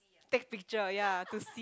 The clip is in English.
take picture ya to see